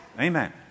Amen